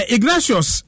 Ignatius